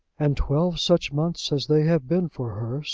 and twelve such months as they have been for her!